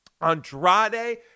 Andrade